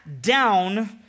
down